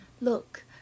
Look